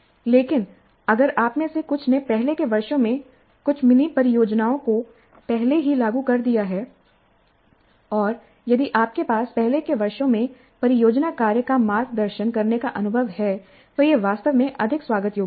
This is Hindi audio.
लेकिन अगर आप में से कुछ ने पहले के वर्षों में कुछ मिनी परियोजनाओं को पहले ही लागू कर दिया है और यदि आपके पास पहले के वर्षों में परियोजना कार्य का मार्गदर्शन करने का अनुभव है तो यह वास्तव में अधिक स्वागत योग्य होगा